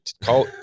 call